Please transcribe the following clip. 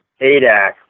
ADAC